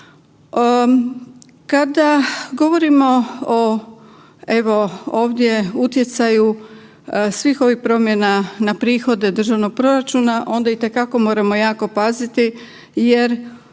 Kada govorimo o evo ovdje utjecaju svih ovih promjena na prihode državnog proračuna onda itekako moramo jako paziti jer